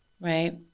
right